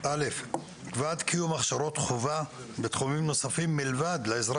קביעת קיום הכשרות חובה בתחומים נוספים מלבד העזרה